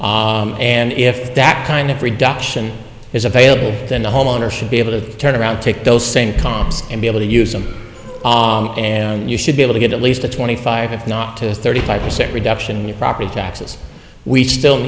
and if that kind of reduction is available than the homeowner should be able to turn around take those same comps and be able to use them and you should be able to get at least a twenty five if not to thirty five percent reduction in your property taxes we still